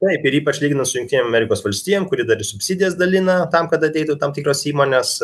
taip ir ypač lyginant su jungtinėm amerikos valstijom kuri dar ir subsidijas dalina tam kad ateitų tam tikros įmonės